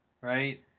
right